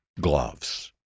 gloves